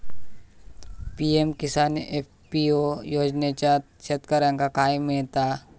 PM Kisan FPO योजनाच्यात शेतकऱ्यांका काय मिळता?